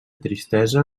tristesa